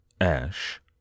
Ash